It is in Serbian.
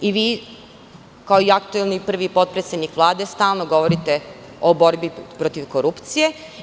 Vi, kao i aktuelni prvi potpredsednik Vlade, stalno govorite o borbi protiv korupcije.